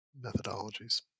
methodologies